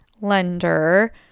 lender